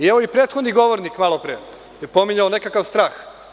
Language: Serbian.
Ovaj prethodni govornik malopre je pominjao nekakav strah.